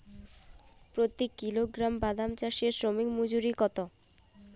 প্রতি কিলোগ্রাম বাদাম চাষে শ্রমিক মজুরি কত?